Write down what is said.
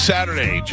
Saturday